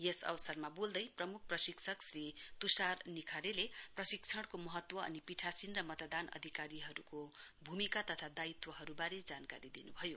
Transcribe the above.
यस अवसरमा बोल्दै प्रमुख प्रशिक्षक श्री तुषार निखरेले प्रशिक्षणको महत्व अनि पीठासीन र मतदान अधिकारीहरूको भूमिका तथा दायित्वाबारे जानकारी दिनु भयो